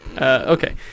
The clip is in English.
okay